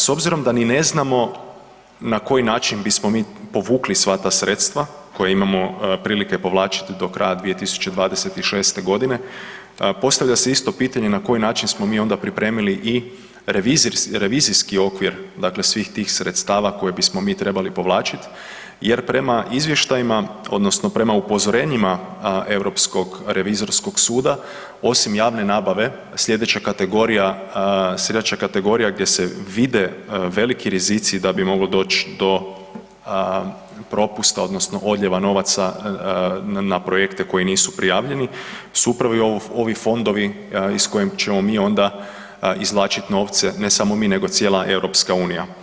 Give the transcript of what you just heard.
S obzirom ni ne znamo na koji način bismo mi povukli sva ta sredstva koja imamo prilike povlačiti do kraja 2026. godine postavlja se isto pitanje na koji način smo mi onda pripremili i revizijski okvir dakle svih tih sredstava koje bismo mi trebali povlačiti jer prema izvještajima odnosno prema upozorenjima Europskog revizorskog suda osim javne nabave slijedeća kategorija, slijedeća kategorija gdje se vide veliki rizici da bi moglo doći do propusta odnosno odljeva novaca na projekte koji nisu prijavljeni su upravo i ovi fondovi iz kojih ćemo mi onda izvlačiti novce, ne samo mi nego cijela EU.